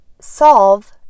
solve